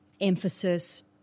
emphasis